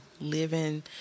living